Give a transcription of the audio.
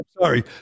sorry